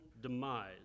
demise